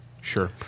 Sure